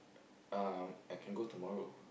um I can go tomorrow